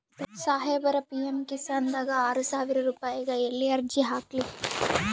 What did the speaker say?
ಸಾಹೇಬರ, ಪಿ.ಎಮ್ ಕಿಸಾನ್ ದಾಗ ಆರಸಾವಿರ ರುಪಾಯಿಗ ಎಲ್ಲಿ ಅರ್ಜಿ ಹಾಕ್ಲಿ?